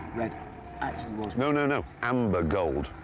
red. it actually was. no, no, no. amber gold.